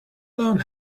long